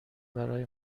برای